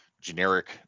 generic